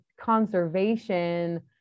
conservation